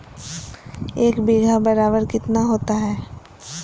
एक बीघा बराबर कितना होता है?